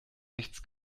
nichts